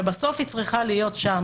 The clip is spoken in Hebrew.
ובסוף היא צריכה להיות שם.